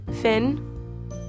Finn